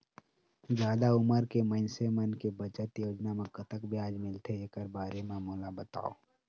जादा उमर के मइनसे मन के बचत योजना म कतक ब्याज मिलथे एकर बारे म मोला बताव?